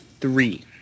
three